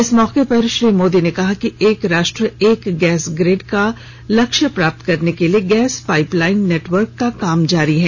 इस मौके पर श्री मोदी ने कहा कि एक राष्ट्र एक गैस ग्रिड का लक्ष्य प्राप्त करने के लिए गैस पाइपलाईन नेटवर्क का काम जारी है